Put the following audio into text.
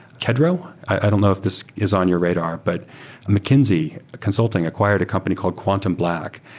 kedro i don't know if this is on your radar, but mckinsey consulting acquired a company called quantum black,